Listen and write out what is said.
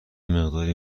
مقداری